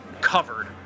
covered